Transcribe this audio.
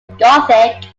gothic